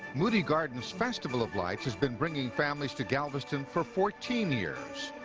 moody gardens festival of lights has been bringing families to galveston for fourteen years.